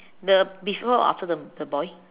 the before or after the the boy